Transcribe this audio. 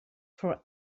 for